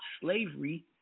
slavery